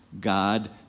God